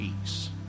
peace